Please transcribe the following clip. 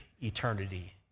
eternity